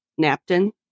Napton